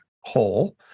hole